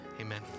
amen